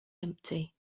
empty